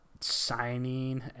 signing